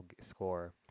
score